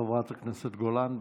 חברת הכנסת גולן,